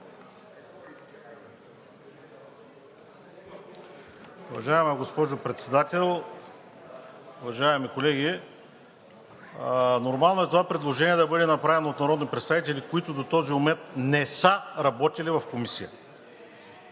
Уважаема госпожо Председател, уважаеми колеги! Нормално е това предложение да бъде направено от народни представители, които до този момент не са работили в комисия